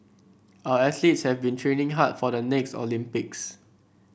our athletes have been training hard for the next Olympics